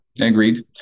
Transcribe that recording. Agreed